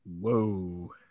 Whoa